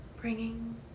bringing